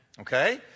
Okay